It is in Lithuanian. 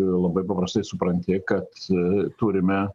labai paprastai supranti kad turime